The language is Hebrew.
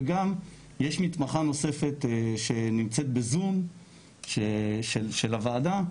וגם יש מתמחה נוספת שנמצאת בזום של הוועדה,